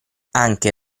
anche